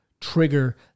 trigger